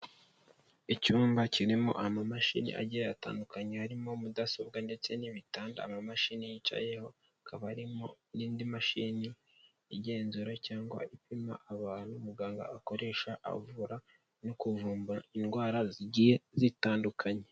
Icyumba kirimo amamashini agiye atandukanye arimo mudasobwa ndetse n'ibitanda, amamashini yicayeho hakaba harimo n'indi mashini igenzura cyangwa ipima abantu muganga akoresha avura no kuvumbura indwara zigiye zitandukanye.